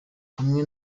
hamwe